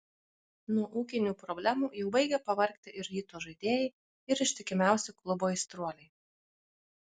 nuo ūkinių problemų jau baigia pavargti ir ryto žaidėjai ir ištikimiausi klubo aistruoliai